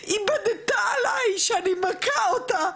היא בדתה עליי שאני מכה אותה.